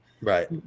Right